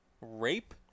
Rape